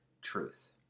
truth